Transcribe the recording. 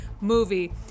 movie